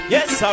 Yes